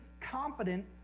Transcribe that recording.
confident